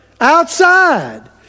outside